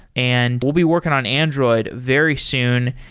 and we'll be working on android very soon.